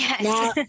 Now